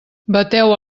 bateu